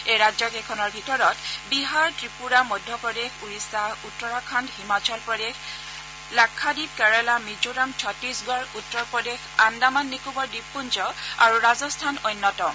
এই ৰাজ্য কেইখনৰ ভিতৰত বিহাৰ গ্ৰিপূৰা মধ্যপ্ৰদেশ ওড়িশা উত্তৰাখণ্ডহিমাচল প্ৰদেশ লাক্ষাদ্বীপ কেৰালা মিজোৰাম ছত্তিশগড় উত্তৰ প্ৰদেশ আন্দামান নিকোবৰ দ্বীপপুঞ্জ আৰু ৰাজস্থান অন্যতম